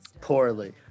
Poorly